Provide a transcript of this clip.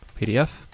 PDF